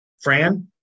Fran